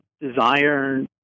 desire